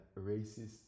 racist